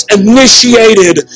initiated